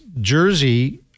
jersey